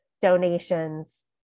donations